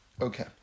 Okay